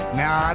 now